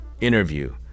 interview